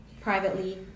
privately